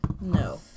No